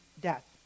death